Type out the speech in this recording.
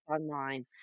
online